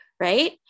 Right